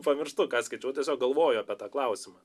pamirštu ką skaičiau tiesiog galvoju apie tą klausimą